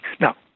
now